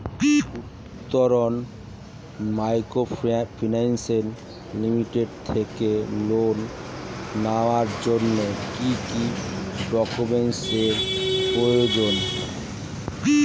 Uttaran microfinance limited থেকে loan নেওয়ার জন্য কি কি ডকুমেন্টস এর প্রয়োজন?